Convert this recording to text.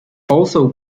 also